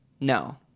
No